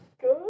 good